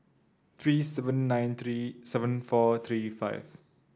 three seven nine three seven four three five